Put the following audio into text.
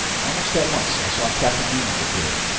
almost at once i saw captain nemo appear,